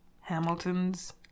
Hamilton's